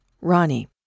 Ronnie